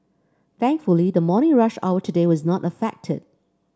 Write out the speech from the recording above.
thankfully the morning rush hour today was not affected